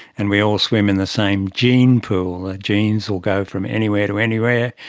and we all swim in the same gene pool. genes will go from anywhere to anywhere,